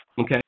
Okay